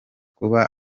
kuba